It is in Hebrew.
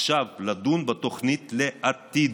עכשיו לדון בתוכנית סדורה לעתיד,